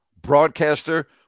broadcaster